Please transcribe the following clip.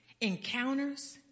encounters